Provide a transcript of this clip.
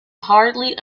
hardly